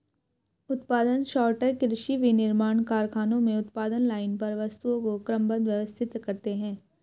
उत्पादन सॉर्टर कृषि, विनिर्माण कारखानों में उत्पादन लाइन पर वस्तुओं को क्रमबद्ध, व्यवस्थित करते हैं